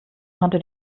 konnte